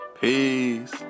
Peace